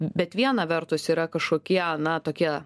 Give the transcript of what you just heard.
bet viena vertus yra kažkokie na tokie